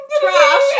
trash